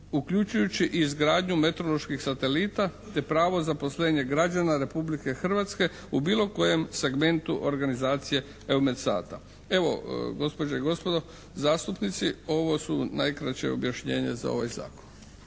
uključujući i izgradnju meteoroloških satelita te pravo zaposlenja građana Republike Hrvatske u bilo kojem segmentu organizacije EUMETSAT-a. Evo gospođe i gospodo zastupnici, ovo su najkraća objašnjenja za ovaj zakon.